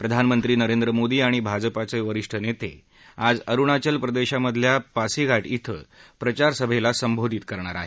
प्रधानमंत्री नरेंद्र मोदी आणि भाजपाचे वरीष्ठ नेते आज अरुणाचल प्रदेशामधल्या पासिघाट धिं प्रचारसभेला संबोधीत करणार आहेत